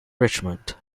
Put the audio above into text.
richmond